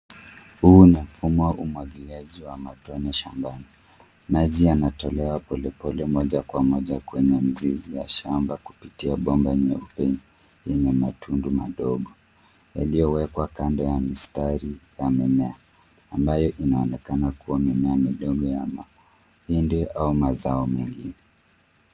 Huu ni mfumo wa umwagiliaji wa matone shambani. Maji yanatolewa polepole moja kwa moja kwenye mzizi ya shamba kupitia bomba nyeupe yenye matundu madogo, yaliyowekwa kando ya mistari ya mimea, ambayo inaonekana kuwa mimea midogo ya mahindi au mazao mengi.